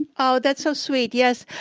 oh, that's so sweet. yes,